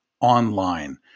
online